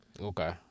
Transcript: Okay